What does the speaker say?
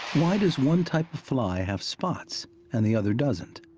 why does one type of fly have spots and the other doesn't?